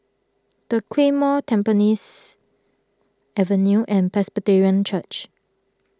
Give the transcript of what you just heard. the Claymore Tampines Avenue and Presbyterian Church